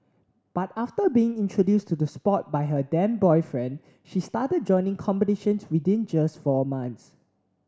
but after being introduced to the sport by her then boyfriend she started joining competitions within just four months